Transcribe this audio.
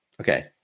Okay